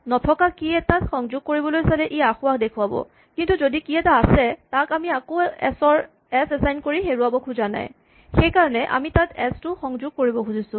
নথকা কী এটাত সংযোগ কৰিবলৈ চালে ই আসোঁৱাহ দেখুৱাব কিন্তু যদি কী এটা আছে তাক আমি তাক আকৌ এচ এচাইন কৰি হেৰুৱাব খোজা নাই সেইকাৰণে আমি তাত এচ টো সংযোগ কৰিব খুজিছোঁ